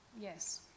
Yes